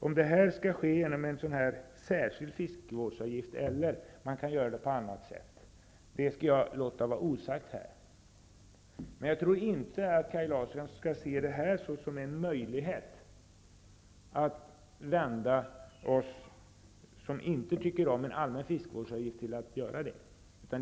Om detta skall ske genom en särskild fiskevårdsavgift eller på annat sätt skall jag låta vara osagt. Jag tror emellertid inte att Kaj Larsson skall se det här som en möjlighet att omvända oss som inte tycker om en allmän fiskevårdsavgift till att bli positivt inställda till en sådan.